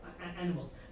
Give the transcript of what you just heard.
animals